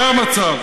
זה המצב,